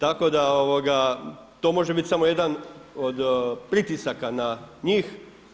Tako da to može biti samo jedan od pritisaka na njih.